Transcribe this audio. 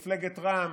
רע"מ,